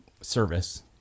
service